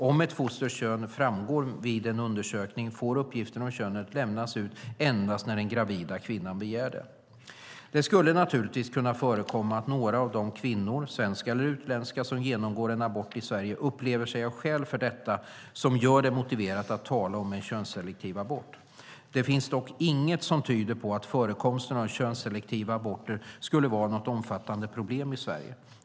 Om ett fosters kön framgår vid en undersökning får uppgiften om könet lämnas ut endast när den gravida kvinnan begär det. Det skulle naturligtvis kunna förekomma att några av de kvinnor - svenska eller utländska - som genomgår en abort i Sverige upplever sig ha skäl för detta som gör det motiverat att tala om en könsselektiv abort. Det finns dock inget som tyder på att förekomsten av könsselektiva aborter skulle vara något omfattande problem i Sverige.